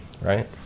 right